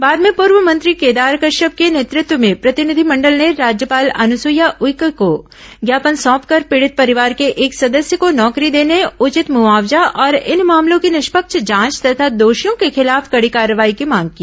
बाद में पूर्व मंत्री केदार कश्यप के नेतृत्व में प्रतिनिधिमंडल ने राज्यपाल अनुसूईया उइके को ज्ञापन सौंपकर पीड़ित परिवार के एक सदस्य को नौकरी देने उचित मुआवजा और इन मामलों की निष्पक्ष जांच तथा दोषियों के खिलाफ कड़ी कार्रवाई की मांग की